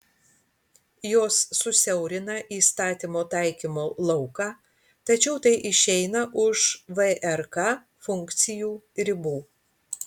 jos susiaurina įstatymo taikymo lauką tačiau tai išeina už vrk funkcijų ribų